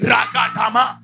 Rakatama